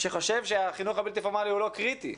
שחושב שהחינוך הבלתי פורמלי הוא לא קריטי.